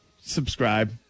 subscribe